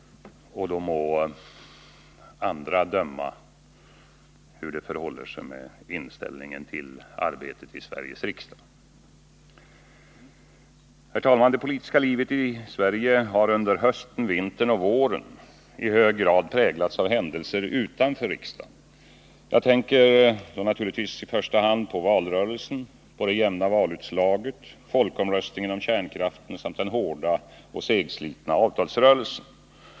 Då må andra döma hur det förhåller sig med inställningen till arbetet i Sveriges riksdag. Det politiska livet i Sverige har under hösten, vintern och våren i hög grad präglats av händelser utanför riksdagen. Jag tänker naturligtvis då i första hand på valrörelsen och det jämna valutslaget, folkomröstningen om kärnkraften samt den hårda och segslitna avtalsrörelsen.